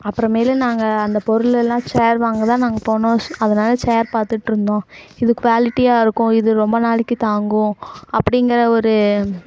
அப்புறமேலு நாங்கள் அந்த பொருளெல்லாம் சேர் வாங்க தான் நாங்கள் போனோம் அதனால சேர் பார்த்துட்ருந்தோம் இது குவாலிட்டியாக இருக்கும் இது ரொம்ப நாளைக்கு தாங்கும் அப்படிங்கற ஒரு